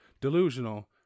delusional